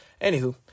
Anywho